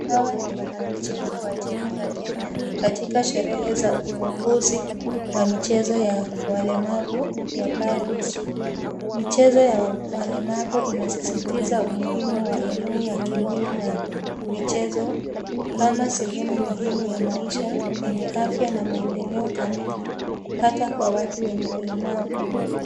Hawa ni wanamichezo wa timu ya Kenya katika sherehe za ufungizi wa michezo ya walemavu ya Paris . Michezo ya walemavu inasisitiza umuimu wa elimu ya kimwili na michezo kama sehemu muhima ya maisha yenye afya na maendeleo kamili hata kwa watu wenye ulemavu.